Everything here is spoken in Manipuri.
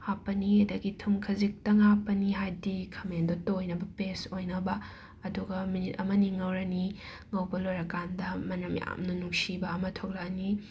ꯍꯥꯞꯄꯅꯤ ꯑꯗꯒꯤ ꯊꯨꯝ ꯈꯖꯤꯛꯇꯪ ꯍꯥꯞꯄꯅꯤ ꯍꯥꯏꯗꯤ ꯈꯥꯃꯦꯟꯗꯣ ꯇꯣꯏꯅꯕ ꯄꯦꯁ ꯑꯣꯏꯅꯕ ꯑꯗꯨꯒ ꯃꯤꯅꯤꯠ ꯑꯃꯅꯤ ꯉꯧꯔꯅꯤ ꯉꯧꯕ ꯂꯣꯏꯔꯀꯥꯟꯗ ꯃꯅꯝ ꯌꯥꯝꯅ ꯅꯨꯡꯁꯤꯕ ꯑꯃ ꯊꯣꯛꯂꯛꯑꯅꯤ